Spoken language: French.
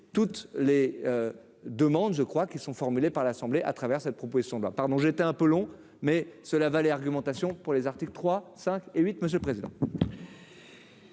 toutes les demandes, je crois qu'ils sont formulées par l'Assemblée, à travers cette proposition loi pardon, j'ai été un peu long mais cela valait argumentation pour les articles 3 5 et 8, monsieur le président.